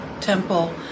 temple